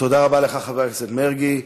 חבר הכנסת מרגי.